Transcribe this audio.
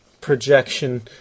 projection